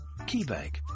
KeyBank